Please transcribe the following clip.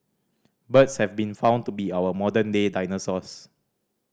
birds have been found to be our modern day dinosaurs